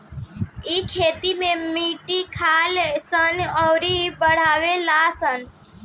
इ खेत में माटी खालऽ सन अउरऊ बनावे लऽ सन